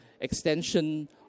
extension